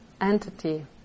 entity